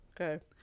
Okay